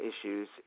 issues